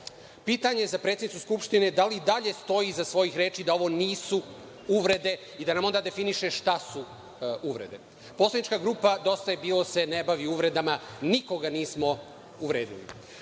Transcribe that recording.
lopuža. Pitanje za predsednicu Skupštine – da li i dalje stoji iza svojih reči da ovo nisu uvrede i da nam definiše šta su uvrede? Poslanička grupa „Dosta je bilo“ se ne bavi uvredama. Nikoga nismo uvredili